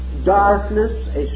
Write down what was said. darkness